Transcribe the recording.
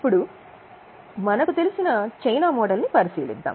ఇప్పుడు మనము China model ని పరిశీలిద్దాము